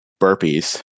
burpees